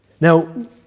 Now